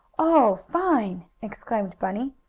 oh, fine! exclaimed bunny.